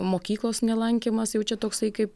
mokyklos nelankymas jau čia toksai kaip